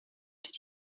did